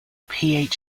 phd